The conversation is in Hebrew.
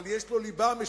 אבל יש לו ליבה משותפת.